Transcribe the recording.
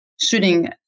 shooting